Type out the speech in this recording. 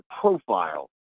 profile